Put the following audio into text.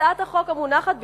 הצעת החוק המונחת בפניכם,